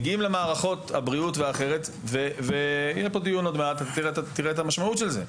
וכך מגיעים למערכות הבריאות ולמערכות האחרות ותראה את המשמעות של זה.